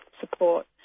support